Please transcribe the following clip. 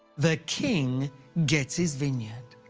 the king gets his vineyard.